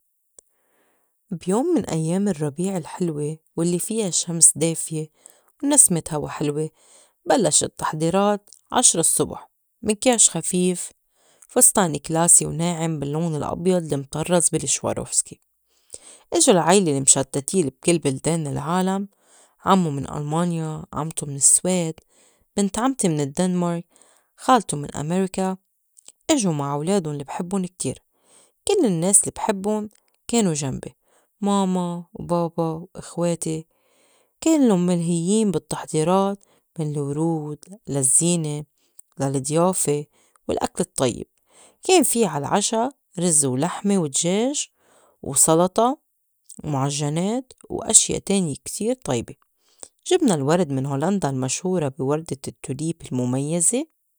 بيوم من أيّام الرّبيع الحلوى والّي فيا شمس دِافية ونَسْمت هوا حِلوة بلّشت التّحضيرات عشرة الصّبُح مكياج خفيف، فُستان كلاسي وناعِم باللّون الأبيض المطرّز بال سواروفسكي. إجو العيلة المشتّتين بكِل بلدان العالم عمّو من ألمانيا، عمتو من السويد، بنت عمتي من الدنمرك، خالتو من أميركا إجو مع ولادُن لي بحبُّن كتير كل النّاس لي بحبُّن كانو جمبي ماما وبابا وإخواتي كِلُّن ملهيّن بالتحضيرات من الورود، للزّينة، للضيافة، والأكل الطيّب كان في عالعشا رز ولحمة ودجاج وسلطة ومُعجّنات واشيا تانية كتير طيبة. جبنا الورد من هولندا المشهورة بي وردة ال tulip المُميّزة.